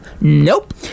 Nope